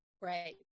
right